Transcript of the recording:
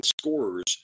scorers